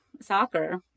soccer